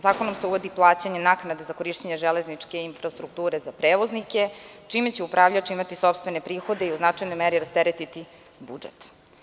Zakonom se uvodi plaćanje naknade za korišćenje železničke infrastrukture za prevoznike, čime će upravljač imati sopstvene prihode i u značajnoj meri rasteretiti budžet.